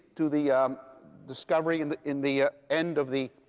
to the discovery in the in the ah end of the